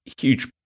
huge